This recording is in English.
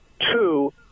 two